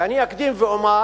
ואני אקדים ואומר